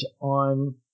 on